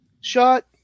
shot